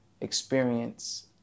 experience